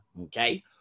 okay